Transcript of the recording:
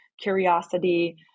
curiosity